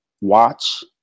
watch